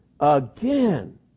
again